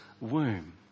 womb